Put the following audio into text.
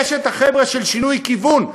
יש את החבר'ה של "שינוי כיוון",